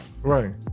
right